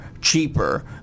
cheaper